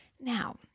Now